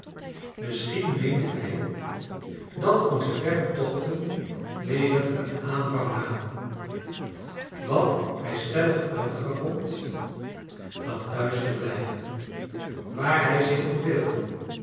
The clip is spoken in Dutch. misschien meende hij dat onze verre tochten weder een aanvang namen wat hij stellig prettiger vond dan thuis te blijven waar hij zich